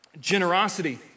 generosity